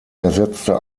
ersetzte